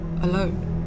alone